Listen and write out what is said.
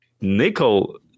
nickel